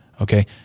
okay